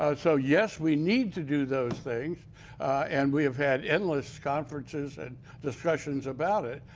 ah so yes, we need to do those things and we have had endless conferences and discussions about it.